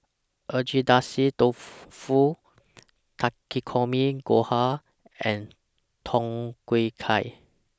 Agedashi Dofu Takikomi Gohan and Tom Kha Gai